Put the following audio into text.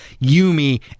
Yumi